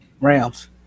Rams